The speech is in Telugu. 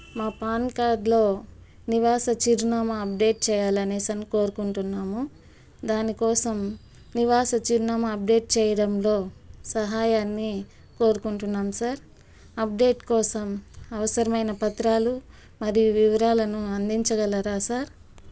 మా పాన్కార్డ్లో నివాస చిరునామా అప్డేట్ చేయాలని కోరుకుంటున్నాము దానికోసం నివాస చిరునామా అప్డేట్ చేయడంలో సహాయాన్ని కోరుకుంటున్నాము సార్ అప్డేట్ కోసం అవసరమైన పత్రాలు మరియు వివరాలను అందించగలరా సార్